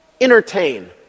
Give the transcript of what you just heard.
entertain